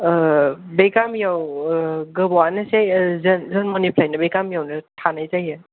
बे गामियाव गोबावआनोसै जन्मनिफ्रायनो बे गामियावनो थानाय जायो